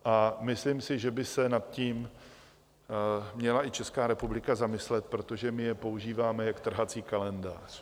A myslím si, že by se nad tím měla i Česká republika zamyslet, protože my je používáme jak trhací kalendář.